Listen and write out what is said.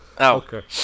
Okay